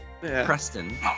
Preston